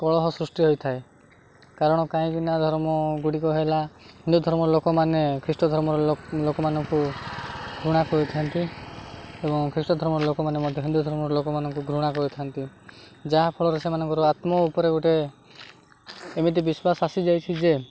କଳହ ସୃଷ୍ଟି ହୋଇଥାଏ କାରଣ କାହିଁକିନା ଧର୍ମ ଗୁଡ଼ିକ ହେଲା ହିନ୍ଦୁ ଧର୍ମର ଲୋକମାନେ ଖ୍ରୀଷ୍ଟ ଧର୍ମର ଲୋକମାନଙ୍କୁ ଘୃଣା କରିଥାନ୍ତି ଏବଂ ଖ୍ରୀଷ୍ଟ ଧର୍ମର ଲୋକମାନେ ମଧ୍ୟ ହିନ୍ଦୁ ଧର୍ମର ଲୋକମାନଙ୍କୁ ଘୃଣା କରିଥାନ୍ତି ଯାହାଫଳରେ ସେମାନଙ୍କର ଆତ୍ମ ଉପରେ ଗୋଟେ ଏମିତି ବିଶ୍ୱାସ ଆସିଯାଇଛି ଯେ